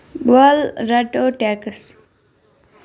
ول رٹَو ٹیٚکسی